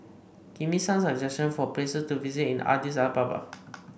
give me some suggestions for places to visit in Addis Ababa